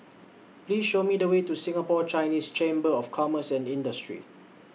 Please Show Me The Way to Singapore Chinese Chamber of Commerce and Industry